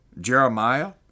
Jeremiah